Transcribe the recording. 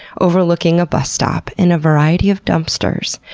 overlooking a bus stop and a variety of dumpsters.